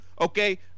okay